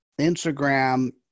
Instagram